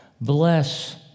Bless